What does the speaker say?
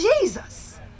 Jesus